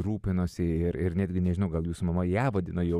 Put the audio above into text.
rūpinosi ir ir netgi nežinau gal jūs mama ją vadinau